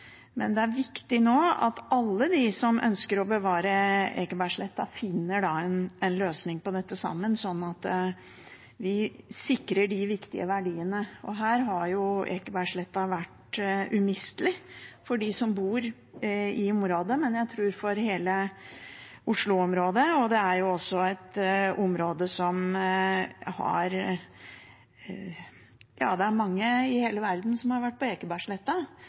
men det er viktig nå at alle de som ønsker å bevare Ekebergsletta, finner en løsning på dette sammen, slik at vi sikrer de viktige verdiene. Ekebergsletta har vært umistelig for dem som bor i området, men jeg tror også for hele Oslo-området. Det er mange fra hele verden som har vært på